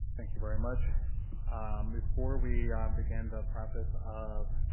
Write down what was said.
thank you very much before we um begin the process of